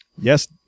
Yes